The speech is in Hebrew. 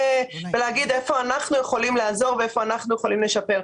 ולהגיד היכן אנחנו יכולים לעזור והיכן אנחנו יכולים לשפר.